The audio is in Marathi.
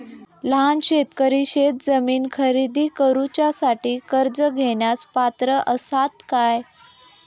लहान शेतकरी शेतजमीन खरेदी करुच्यासाठी कर्ज घेण्यास पात्र असात काय?